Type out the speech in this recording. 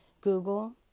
Google